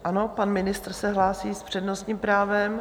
Ano, pan ministr se hlásí s přednostním právem.